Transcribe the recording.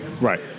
Right